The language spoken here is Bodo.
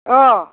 अह